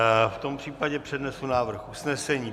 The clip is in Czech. V tom případě přednesu návrh usnesení.